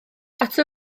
ato